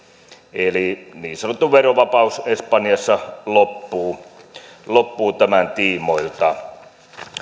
eli niin sanottu verovapaus espanjassa loppuu loppuu tämän tiimoilta